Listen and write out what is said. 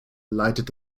leitet